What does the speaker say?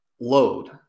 load